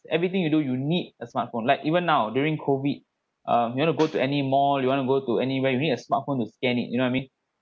everything you do you need a smartphone like even now during COVID um you to go to any mall you want to go to anywhere you need a smartphone to scan it you know I mean